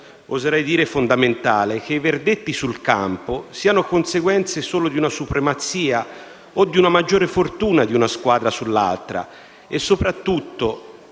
oserei dire fondamentale - che i verdetti sul campo siano conseguenze solo di una supremazia o di una maggiore fortuna di una squadra sull'altra e soprattutto